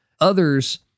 Others